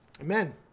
Amen